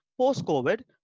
post-COVID